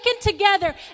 together